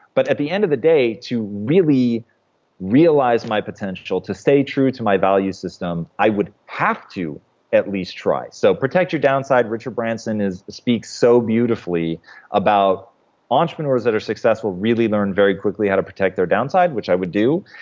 but at the end of the day, to really realize my potential, to stay true to my value system, i would have to at least try so protect your downside. richard branson speaks so beautifully about entrepreneurs that are successful really learn very quickly how to protect their downside, which i would do,